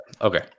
Okay